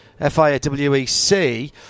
FIAWEC